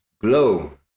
glow